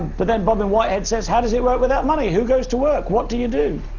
but then, bob in wyatt says how does it work without money, who goes to work, what do you do?